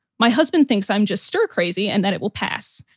my husband thinks i'm just stir crazy and that it will pass.